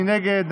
מי נגד?